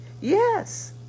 Yes